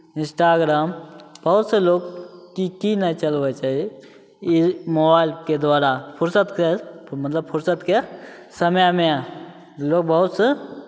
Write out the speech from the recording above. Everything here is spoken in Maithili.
इंस्टाग्राम बहुत से लोक की की नहि चलबै छै ई मोबाइलके द्वारा फुरसतके मतलब फुरसतके समयमे लोक बहुत से